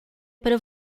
para